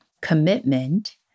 commitment